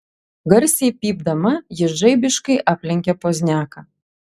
garsiai pypdama ji žaibiškai aplenkė pozniaką